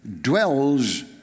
dwells